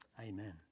Amen